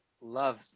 love